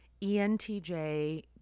ENTJ